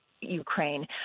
Ukraine